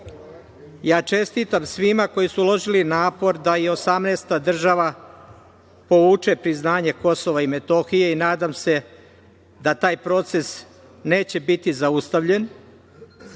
ustav. Čestitam svima koji su uložili napor da i 18 država povuče priznanje Kosova i Metohije i nadam se da taj proces neće biti zaustavljen,